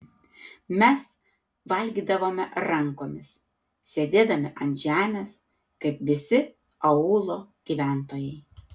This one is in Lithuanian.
mes valgydavome rankomis sėdėdami ant žemės kaip visi aūlo gyventojai